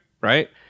right